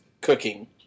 cooking